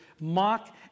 mock